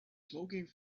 smoking